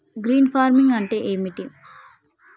Green farming అంటే ఏమిటి?